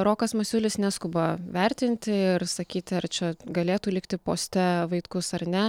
rokas masiulis neskuba vertinti ir sakyti ar čia galėtų likti poste vaitkus ar ne